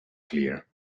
clear